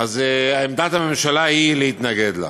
עמדת הממשלה היא להתנגד לה.